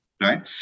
right